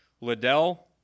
Liddell